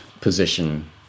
position